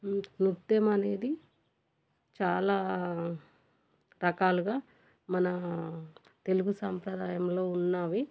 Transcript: నృత్యం అనేది చాలా రకాలుగా మన తెలుగు సాంప్రదాయంలో ఉన్నాయి